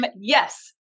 yes